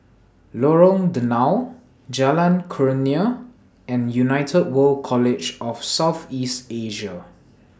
Lorong Danau Jalan Kurnia and United World College of South East Asia